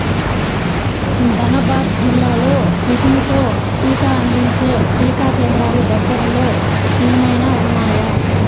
ధన్బాద్ జిల్లాలో రుసుముతో టీకా అందించే టీకా కేంద్రాలు దగ్గరలో ఏమైనా ఉన్నాయా